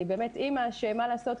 אני באמת אימא שמה לעשות,